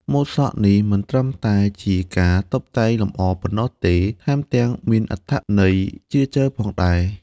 ម៉ូដសក់នេះមិនត្រឹមតែជាការតុបតែងលម្អប៉ុណ្ណោះទេ ថែមទាំងមានអត្ថន័យជ្រាលជ្រៅផងដែរ។